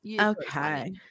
okay